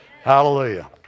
Hallelujah